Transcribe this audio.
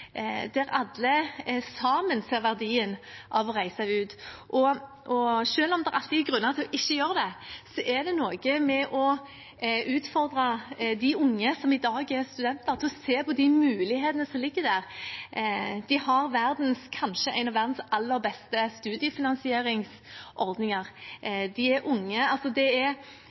der alle sammen ser verdien av å reise ut. Selv om det alltid er grunner til ikke å gjøre det, er det noe med å utfordre de unge som i dag er studenter, til å se på de mulighetene som ligger der. De har en av verdens kanskje beste studiefinansieringsordninger, og de er unge. Det er